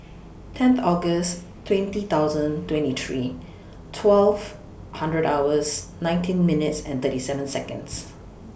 ten August twenty thousand twenty three twelve hundred hours nineteen minutes and thirty seven Seconds